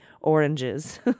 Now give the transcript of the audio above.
oranges